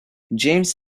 james